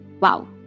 Wow